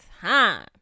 time